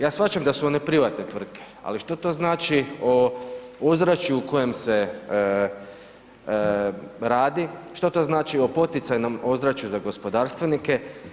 Ja shvaćam da su one privatne tvrtke, ali što to znači o ozračju u kojem se radi, što to znači o poticajnom ozračju za gospodarstvenike?